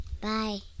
Bye